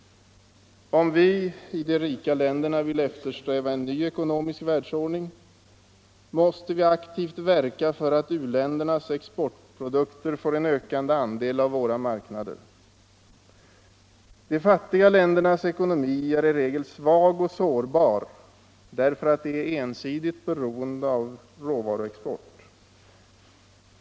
Om vi i de rika länderna vill eftersträva en ny ekonomisk världsordning måste vi aktivt verka för att u-ländernas exportprodukter får en ökande andel av våra marknader. De fattiga ländernas ekonomi är i regel svag och sårbar därför att de är ensidigt beroende av råvaruexport.